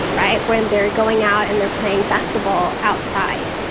right, when they're going out and they're playing basketball outside.